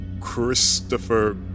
Christopher